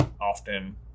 often